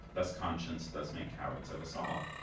thus conscience does make cowards of us all.